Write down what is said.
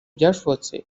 byashobotse